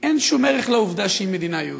אין שום ערך לעובדה שהיא מדינה יהודית.